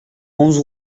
onze